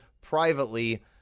privately